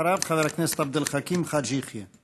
אחריו, חבר הכנסת עבד אל חכים חאג' יחיא.